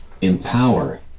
empower